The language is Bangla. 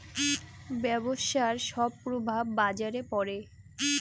ব্যবসার সব প্রভাব বাজারে পড়ে